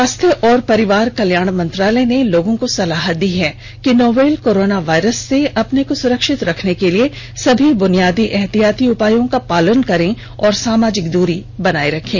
स्वास्थ्य और परिवार कल्याण मंत्रालय ने लोगों को सलाह दी है कि वे नोवल कोरोना वायरस से अपने को सुरक्षित रखने के लिए सभी बुनियादी एहतियाती उपायों का पालन करें और सामाजिक दूरी बनाए रखें